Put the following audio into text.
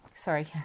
Sorry